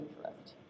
correct